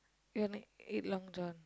you want to eat Long John